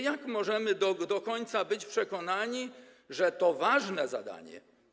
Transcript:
Jak możemy być do końca przekonani, że to ważne zadanie?